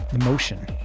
emotion